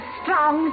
strong